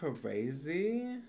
crazy